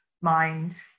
mind